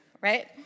right